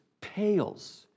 pales